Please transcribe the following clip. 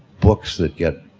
books that get,